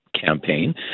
campaign